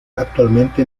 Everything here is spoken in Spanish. actualmente